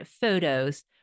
Photos